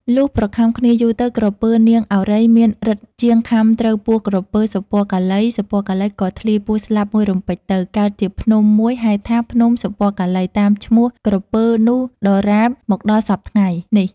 លុះប្រខាំគ្នាយូរទៅ ក្រពើ នាងឱរ៉ៃ មានឫទ្ធិជាងខាំត្រូវពោះក្រពើ សុពណ៌កាឡីៗ ក៏ធ្លាយពោះស្លាប់មួយរំពេចទៅ កើតជាភ្នំមួយហៅថា " ភ្នំ សុពណ៌កាឡី " តាមឈ្មោះក្រពើនោះដរាបមកដល់សព្វថ្ងៃនេះ ។